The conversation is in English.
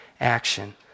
action